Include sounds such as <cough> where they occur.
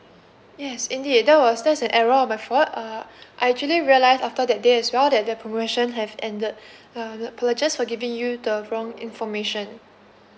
yes indeed that was that's an error on my fault uh <breath> I actually realize after that day as well that the promotion have ended <breath> um apologize for giving you the wrong information